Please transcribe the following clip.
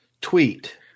tweet